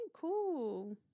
cool